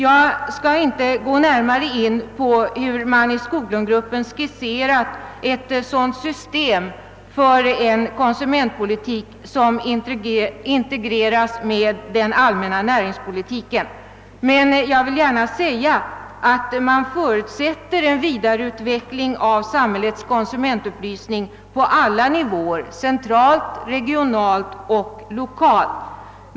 Jag skall inte gå närmare in på hur man i Skoglundgruppens rapport skisserat ett sådant system för en konsumentpolitik som integreras med den allmänna näringspolitiken, men man förutsätter en vidareutveckling av samhällets konsumentupplysning på alla nivåer: centralt, regionalt och lokalt.